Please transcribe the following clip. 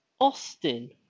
Austin